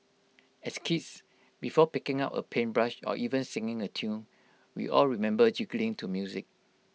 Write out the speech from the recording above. as kids before picking up A paintbrush or even singing A tune we all remember jiggling to music